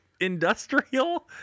industrial